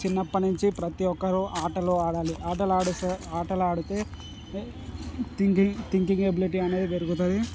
చిన్నప్పటినుంచి ప్రతి ఒక్కరు ఆటలు ఆడాలి ఆటలాడుతే ఆటలాడితే థింకింగ్ థింకింగ్ ఎబిలిటీ అనేది పెరుగుతుంది